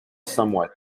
somewhat